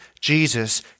Jesus